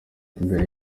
imbere